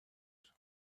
son